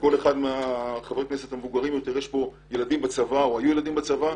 לכל אחד מהחברי כנסת יש פה ילדים בצבא או היו ילדים בצבא.